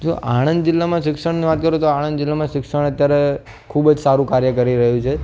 જો આણંદ જિલ્લામાં શિક્ષણની વાત કરું તો આણંદ જિલ્લામાં શિક્ષણ અત્યારે ખૂબ જ સારું કાર્ય કરી રહ્યું છે